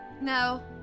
No